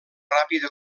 ràpida